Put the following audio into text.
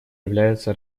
является